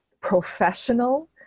professional